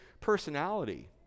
personality